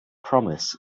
promise